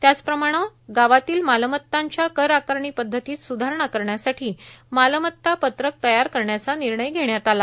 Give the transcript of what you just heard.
त्याचप्रमाणे गावातील मालमत्तांच्या कर आकारणी पद्धतीत स्धारणा करण्यासाठी मालमत्ता पद्रक तयार करण्याचा निर्णय घेण्यात आला